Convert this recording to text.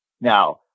Now